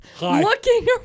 looking